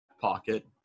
pocket